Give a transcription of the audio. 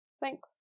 Thanks